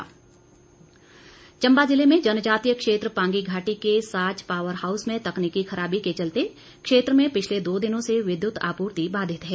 बिजली बाधित चंबा जिले में जनजातीय क्षेत्र पांगी घाटी के साच पावर हाऊस में तकनीकी खराबी के चलते क्षेत्र में पिछले दो दिनों से विद्युत आपूर्ति बाधित है